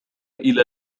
إلى